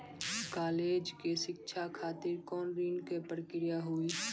College के शिक्षा खातिर कौन ऋण के प्रक्रिया हुई?